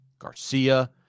Garcia